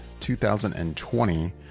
2020